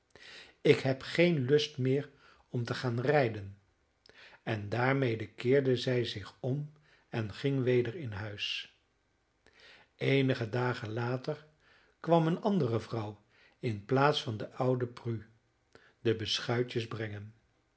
ik heb geen lust meer om te gaan rijden en daarmede keerde zij zich om en ging weder in huis eenige dagen later kwam eene andere vrouw in plaats van de oude prue de beschuitjes brengen